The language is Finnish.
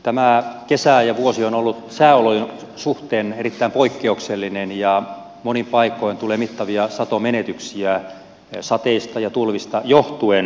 tämä kesä ja vuosi on ollut sääolojen suhteen erittäin poikkeuksellinen ja monin paikoin tulee mittavia satomenetyksiä sateista ja tulvista johtuen